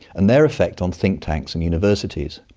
and their effect on think-tanks and universities,